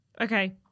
Okay